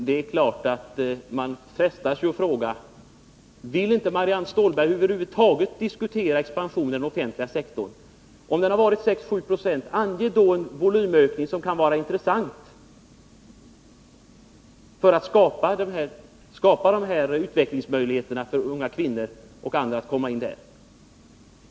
Herr talman! Jag frestas naturligtvis att fråga: Vill inte Marianne Stålberg över huvud taget diskutera expansionen inom den offentliga sektorn? Jag sade att volymökningen legat på 6-7 96, och jag vill be Marianne Stålberg att ange hur stor volymökning hon anser vara motiverad för att vi skall kunna skapa de här utvecklingsmöjligheterna för unga kvinnor och andra.